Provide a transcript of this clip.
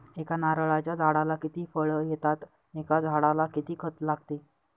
एका नारळाच्या झाडाला किती फळ येतात? एका झाडाला किती खत लागते?